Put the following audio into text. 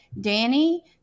Danny